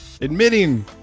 Admitting